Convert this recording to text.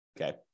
Okay